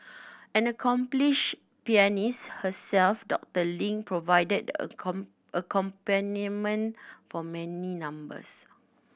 an accomplished pianist herself Doctor Ling provided the accompaniment for many numbers